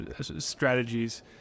strategies